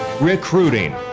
recruiting